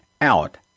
out